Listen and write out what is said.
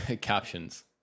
captions